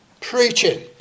preaching